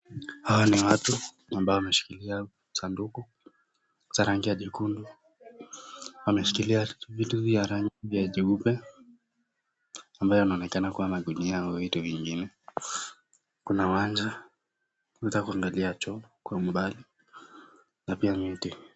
Hao ni watu ambao wameshikilia sanduku za rangi ya jekundu. Wameshikilia vitu ya rangi ya jeupe ambayo inaonekana kuwa magunia au vitu vingine. Kuna uwanja, unaeza kuangalia choo kwa umbali na pia miti.